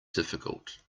difficult